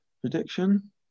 prediction